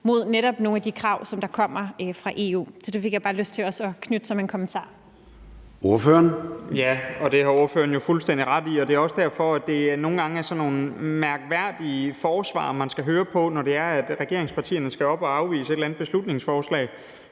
kommentar. Kl. 13:52 Formanden (Søren Gade): Ordføreren. Kl. 13:52 Nick Zimmermann (DF): Ja. Det har ordføreren jo fuldstændig ret i, og det er også derfor, det nogle gange er sådan nogle mærkværdige forsvar, man skal høre på, når det er, at regeringspartierne skal op at afvise et eller andet beslutningsforslag.